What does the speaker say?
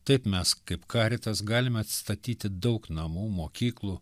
taip mes kaip karitas galime atstatyti daug namų mokyklų